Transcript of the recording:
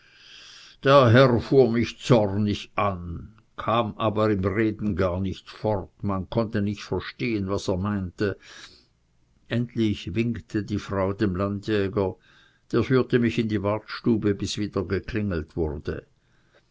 der herr fuhr mich zornig an kam aber im reden gar nicht fort man konnte nicht verstehen was er meinte endlich winkte die frau dem landjäger der führte mich in die wartstube bis wieder geklingelt wurde